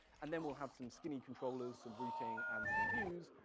and then we'll have some skinny controllers, some routing and some views,